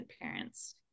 parents